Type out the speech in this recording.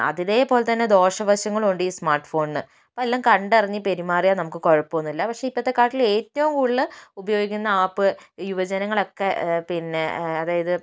അതിനെപ്പോലെതന്നെ ദോഷ വശങ്ങളുമുണ്ട് ഈ സ്മാർട്ട് ഫോണിന് അപ്പോൾ എല്ലാം കണ്ടറിഞ്ഞു പെരുമാറിയാൽ നമുക്ക് കുഴപ്പമൊന്നുമില്ല പക്ഷെ ഇപ്പോഴത്തെക്കാട്ടിലും ഏറ്റവും കൂടുതൽ ഉപയോഗിക്കുന്ന ആപ്പ് യുവജനങ്ങളൊക്കെ പിന്നെ അതായത്